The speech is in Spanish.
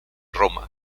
roma